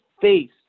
face